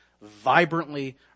vibrantly